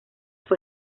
fue